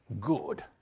good